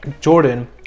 Jordan